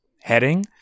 heading